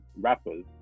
rappers